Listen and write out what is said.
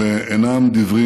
אלה אינם דברים